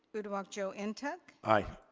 uduak joe and ntuk? aye.